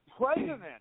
president